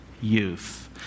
youth